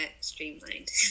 streamlined